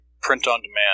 print-on-demand